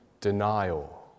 denial